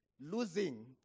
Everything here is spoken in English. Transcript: Losing